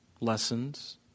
lessons